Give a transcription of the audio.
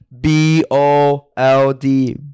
B-O-L-D